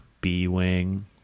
B-Wing